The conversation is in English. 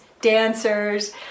dancers